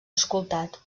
escoltat